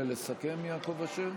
רבותיי, נא לשבת.